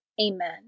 Amen